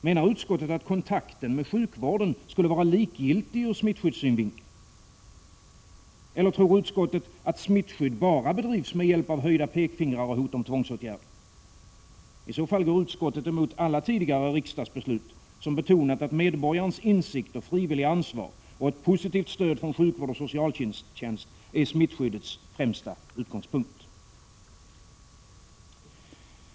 Menar utskottet att kontakten med sjukvården är likgiltig ur smittskyddssyn — Prot. 1986/87:50 vinkel? Eller tror utskottet att smittskydd bara bedrivs med hjälp av höjda 16 december 1986 pekfingrar och hot om tvångsåtgärder? I så fall går utskottet emot alla = Jas soo ag tidigare riksdagsbeslut, som betonat att medborgarens insikt och frivilliga ansvar och ett positivt stöd från sjukvård och socialtjänst är smittskyddets främsta utgångspunkt.